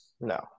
No